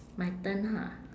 my turn ha